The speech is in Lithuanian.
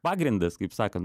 pagrindas kaip sakan